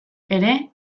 ere